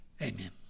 Amen